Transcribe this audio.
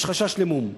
יש חשש למום.